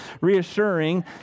reassuring